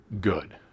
good